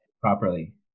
properly